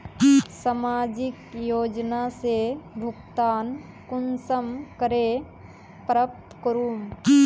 सामाजिक योजना से भुगतान कुंसम करे प्राप्त करूम?